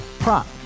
Prop